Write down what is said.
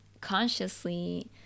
consciously